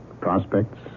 prospects